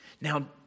Now